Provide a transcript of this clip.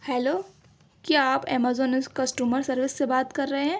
hello کیا آپ Amazon customer service سے بات کر رہے ہیں